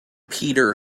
peter